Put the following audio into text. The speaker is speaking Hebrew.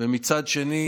ומצד שני